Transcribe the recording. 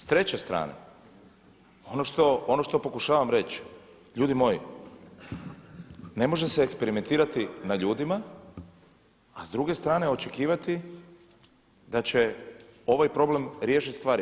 S treće strane ono što pokušavam reći ljudi moji ne može se eksperimentirati na ljudima a s druge strane očekivati da će ovaj problem riješiti stvari.